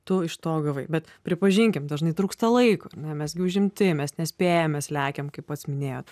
tu iš to gavai bet pripažinkim dažnai trūksta laiko ane mes gi užimti mes nespėjam mes lekiam kaip pats minėjot